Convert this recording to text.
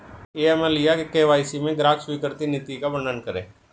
AML या KYC में ग्राहक स्वीकृति नीति का वर्णन करें?